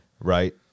right